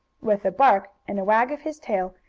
with a bark and a wag of his tail,